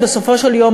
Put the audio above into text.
בסופו של יום,